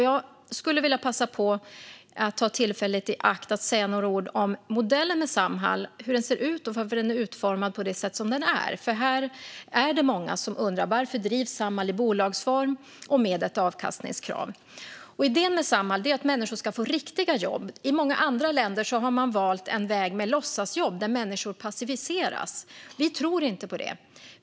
Jag skulle vilja ta tillfället i akt att säga några ord om hur modellen med Samhall ser ut och varför den är utformad på det sätt som den är. Det är många som undrar varför Samhall drivs i bolagsform och med ett avkastningskrav. Idén med Samhall är att människor ska få riktiga jobb. I många andra länder har man valt en väg med låtsasjobb där människor passiviseras. Vi tror inte på det.